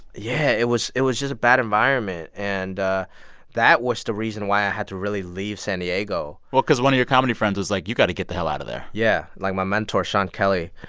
yeah, it was it was just a bad environment. and ah that was the reason why i had to really leave san diego well, because one of your comedy friends was like, you've got to get the hell out of there yeah. like, my mentor sean kelly,